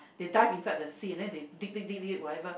they dive inside the sea and then they dig dig dig dig whatever